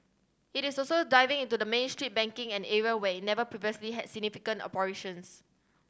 it is also diving into the Main Street banking an area where never previously had significant operations